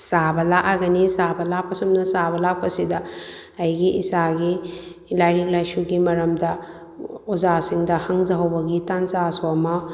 ꯆꯥꯕ ꯂꯥꯛꯂꯒꯅꯤ ꯆꯥꯕ ꯂꯥꯛꯄ ꯑꯁꯨꯝꯅ ꯆꯥꯕ ꯂꯥꯛꯄꯁꯤꯗ ꯑꯩꯒꯤ ꯏꯆꯥꯒꯤ ꯂꯥꯏꯔꯤꯛ ꯂꯥꯏꯁꯨꯒꯤ ꯃꯔꯝꯗ ꯑꯣꯖꯥꯁꯤꯡꯗ ꯍꯪꯖꯍꯧꯕꯒꯤ ꯇꯥꯟꯖꯥꯁꯨ ꯑꯃ